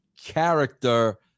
character